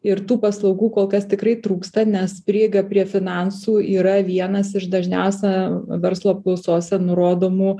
ir tų paslaugų kol kas tikrai trūksta nes prieiga prie finansų yra vienas iš dažniausia verslo apklausose nurodomų